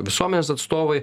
visuomenės atstovai